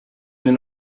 den